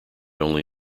only